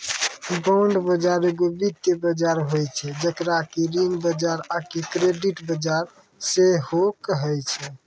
bond बजार एगो वित्तीय बजार होय छै जेकरा कि ऋण बजार आकि क्रेडिट बजार सेहो कहै छै